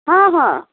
ହଁ ହଁ